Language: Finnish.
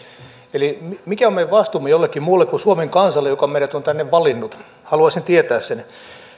eli mikä on meidän vastuumme jollekin muulle kuin suomen kansalle joka on meidät tänne valinnut haluaisin tietää sen